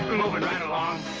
movin' right along.